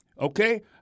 okay